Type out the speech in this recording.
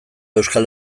euskal